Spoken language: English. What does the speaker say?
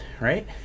right